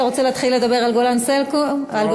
אתה רוצה להתחיל לדבר על "גולן" ו"סלקום"?